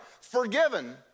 Forgiven